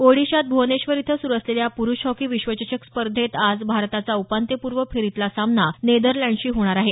ओडिशात भुवनेश्वर इथं सुरु असलेल्या पुरुष हॉकी विश्वचषक स्पर्धेत आज भारताचा उपान्त्यपूर्व फेरीतला सामना नेदरलँडशी होणार आहे